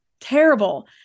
terrible